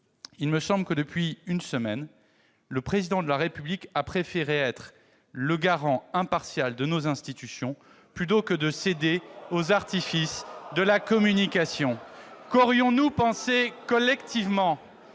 Il me semble que, depuis une semaine, le Président de la République a préféré être le garant impartial de nos institutions, plutôt que de céder aux artifices de la communication. Qu'aurions-nous pensé, collectivement,